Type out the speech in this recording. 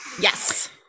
Yes